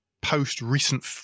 post-recent